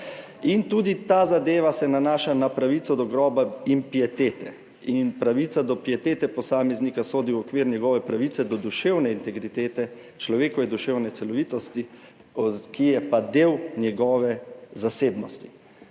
In tudi ta zadeva se nanaša na pravico do groba in pietete. In pravica do pietete posameznika sodi v okvir njegove pravice do duševne integritete, človekove duševne celovitosti, ki je pa del njegove zasebnosti.